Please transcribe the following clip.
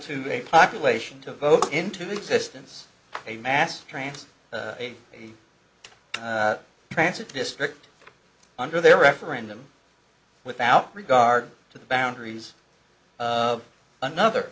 to a population to vote into existence a mass transit transit district under their referendum without regard to the boundaries of another